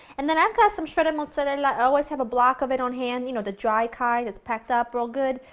and then i've got some shredded mozzarella, i always have a block of it on hand, you know the dry kind that's packed up real good.